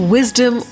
Wisdom